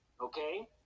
okay